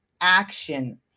action